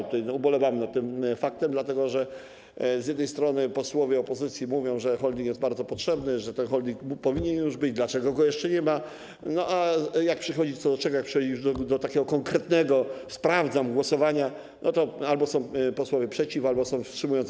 Tutaj ubolewamy nad tym faktem, dlatego że z jednej strony posłowie opozycji mówią, że holding jest bardzo potrzebny, że ten holding powinien już być, dlaczego go jeszcze nie ma, a jak przychodzi co do czego, jak przechodzimy już do takiego konkretnego: sprawdzam, głosowania, to albo są posłowie przeciw, albo są wstrzymujący się.